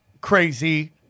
crazy